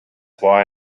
why